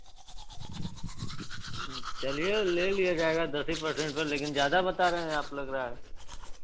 चलिए ले लिया जाएगा दस ही पर्सेन्ट पर लेकिन ज़्यादा बता रहे हैं आप लग रहा है